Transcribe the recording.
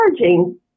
charging